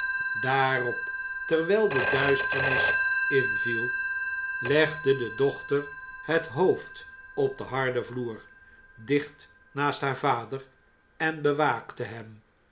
daarop terwijl de duisternis inviel legde de dochter het hoofd op den harden vloer dicht naast haar vader en bewaakte hem